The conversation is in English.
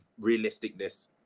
realisticness